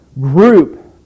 group